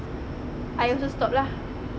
I also stop lah